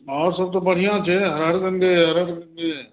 आओर सभ तऽ बढ़िआँ छै हर हर गङ्गे हर हर गङ्गे